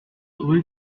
rue